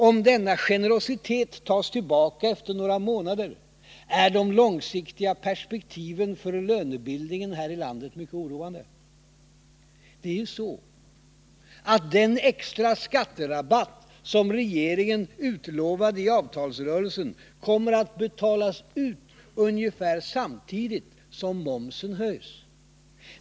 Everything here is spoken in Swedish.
Om denna generositet tas tillbaka efter några månader, är de långsiktiga perspektiven för lönebildningen här i landet mycket oroande.” Den extra skatterabatt som regeringen utlovade i avtalsrörelsen kommer nämligen att betalas ut ungefär samtidigt som momsen höjs.